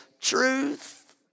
truth